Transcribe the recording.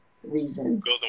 reasons